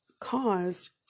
caused